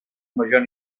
major